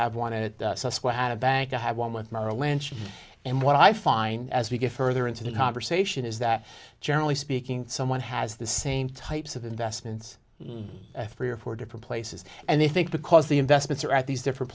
have one it had a bank i have one with merrill lynch and what i find as we get further into the conversation is that generally speaking someone has the same types of investments three or four different places and they think because the investments are at these different